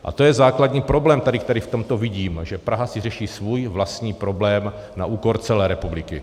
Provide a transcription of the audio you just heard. A to je základní problém, který v tomto vidím že si Praha řeší svůj vlastní problém na úkor celé republiky.